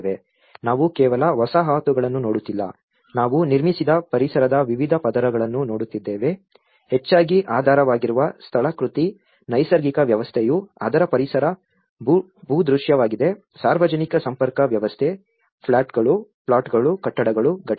ನಾವು ಕೇವಲ ವಸಾಹತುಗಳನ್ನು ನೋಡುತ್ತಿಲ್ಲ ನಾವು ನಿರ್ಮಿಸಿದ ಪರಿಸರದ ವಿವಿಧ ಪದರಗಳನ್ನು ನೋಡುತ್ತಿದ್ದೇವೆ ಹೆಚ್ಚಾಗಿ ಆಧಾರವಾಗಿರುವ ಸ್ಥಳಾಕೃತಿ ನೈಸರ್ಗಿಕ ವ್ಯವಸ್ಥೆಯು ಅದರ ಪರಿಸರ ಭೂದೃಶ್ಯವಾಗಿದೆ ಸಾರ್ವಜನಿಕ ಸಂಪರ್ಕ ವ್ಯವಸ್ಥೆ ಪ್ಲಾಟ್ಗಳು ಕಟ್ಟಡಗಳು ಘಟಕಗಳು